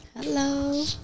Hello